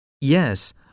Yes